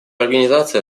организация